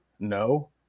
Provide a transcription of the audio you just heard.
no